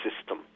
system